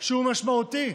שהוא משמעותי,